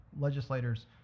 legislators